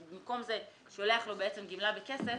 ובמקום זה שולח לו גמלה בכסף,